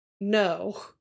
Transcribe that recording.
no